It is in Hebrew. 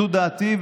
זו דעתי,